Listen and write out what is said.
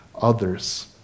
others